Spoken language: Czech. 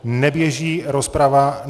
Neběží rozprava